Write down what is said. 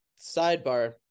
sidebar